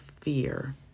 fear